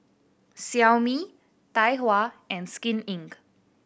Xiaomi Tai Hua and Skin Inc